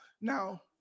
now